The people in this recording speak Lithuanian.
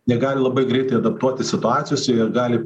jie gali labai greitai adaptuotis situacijose ir gali